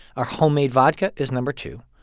our homemade vodka is number two.